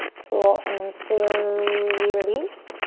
cool and then slowly release.